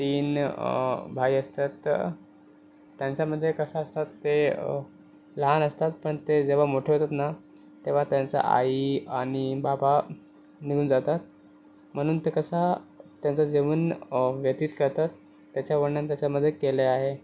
तीन भाई असतात त्यांचामध्ये कसं असतात ते लहान असतात पण ते जेव्हा मोठे होतात ना तेव्हा त्यांचं आई आणि बाबा निघून जातात म्हणून ते कसं तेंचं जीवन व्यतीत करतात त्याचे वर्णन तेच्यामध्ये केले आहे